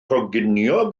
coginio